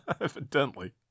Evidently